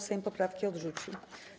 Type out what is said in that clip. Sejm poprawki odrzucił.